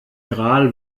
gral